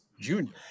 junior